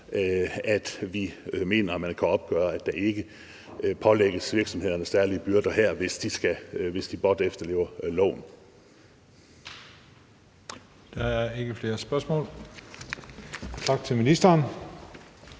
vi mener, at man kan opgøre, at der ikke pålægges virksomhederne særlige byrder her, hvis de blot efterlever loven.